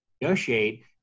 negotiate